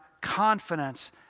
confidence